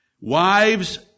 Wives